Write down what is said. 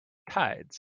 tides